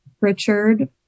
richard